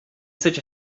such